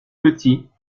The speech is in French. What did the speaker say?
petit